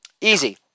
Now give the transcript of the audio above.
Easy